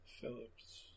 phillips